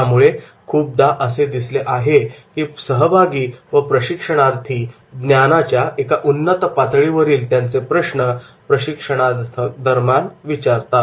यामुळे खूपदा असे दिसले आहे की सहभागी व प्रशिक्षणार्थी ज्ञानाच्या एका उन्नत पातळीवरील त्यांचे प्रश्न प्रशिक्षणादरम्यान विचारतात